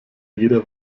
jeder